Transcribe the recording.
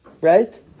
right